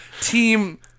Team